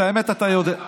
את האמת אתה יודע.